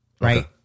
right